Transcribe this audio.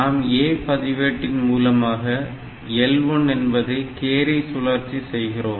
நாம் A பதிவேட்டின் மூலமாக L1 என்பதை கேரி சுழற்சி செய்கிறோம்